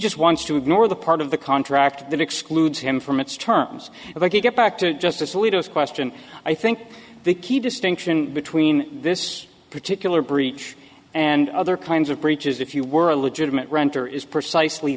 just wants to ignore the part of the contract that excludes him from its terms of a get back to justice alito is question i think the key distinction between this particular breach and other kinds of breaches if you were a legitimate renter is precisely